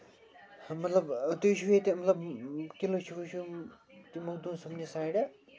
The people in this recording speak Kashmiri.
مطلب تُہۍ چھِو ییٚتہِ مطلب قلعہٕ مخدوٗم صٲبنہٕ سایڈٕ